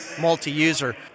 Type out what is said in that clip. multi-user